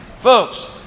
Folks